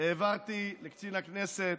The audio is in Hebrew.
העברתי לקצין לכנסת,